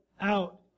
out